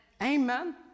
Amen